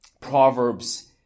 Proverbs